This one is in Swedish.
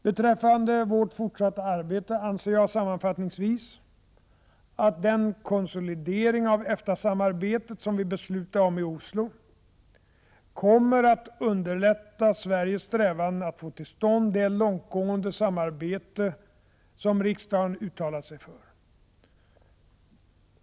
Beträffande vårt fortsatta arbete anser jag, sammanfattningsvis, att den konsolidering av EFTA-samarbetet som vi beslutade om i Oslo kommer att underlätta Sveriges strävanden att få till stånd det långtgående samarbete som riksdagen uttalat sig för.